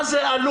מה זה עלות?